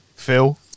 phil